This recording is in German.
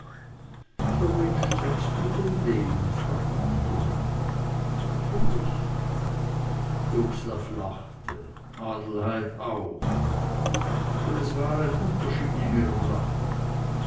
für wen strickst du denn den fragte die domina für mich dubslav lachte adelheid auch aber es war ein unterschied in ihrem lachen